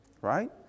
Right